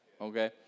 okay